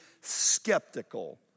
skeptical